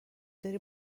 داری